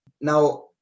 Now